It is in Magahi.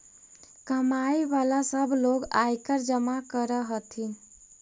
कमाय वला सब लोग आयकर जमा कर हथिन